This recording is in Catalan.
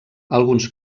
alguns